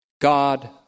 God